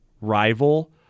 rival